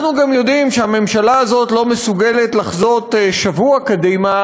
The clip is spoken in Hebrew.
אנחנו גם יודעים שהממשלה הזאת לא מסוגלת לחזות שבוע קדימה.